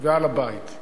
ועל הבית.